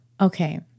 Okay